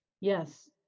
Yes